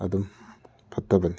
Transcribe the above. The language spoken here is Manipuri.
ꯑꯗꯨꯝ ꯐꯠꯇꯕꯅꯤ